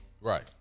Right